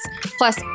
Plus